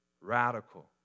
radical